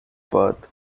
birth